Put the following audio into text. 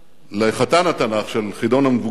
לחתן התנ"ך של חידון המבוגרים,